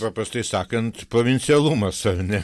paprastai sakant provincialumas ar ne